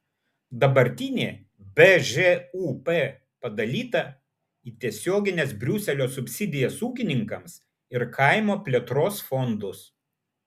dabartinė bžūp padalyta į tiesiogines briuselio subsidijas ūkininkams ir kaimo plėtros fondus